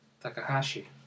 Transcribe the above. Takahashi